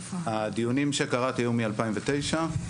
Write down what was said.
הדיונים שקראתי היו מ-2009,